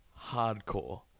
hardcore